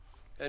אושר.